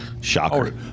shocker